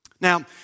Now